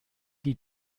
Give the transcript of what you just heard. die